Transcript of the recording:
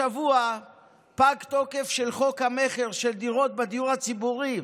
השבוע פג תוקף של חוק המכר של דירות בדיור הציבורי.